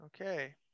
Okay